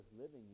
living